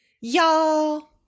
Y'all